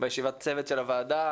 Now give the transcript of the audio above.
בישיבת הצוות של הוועדה,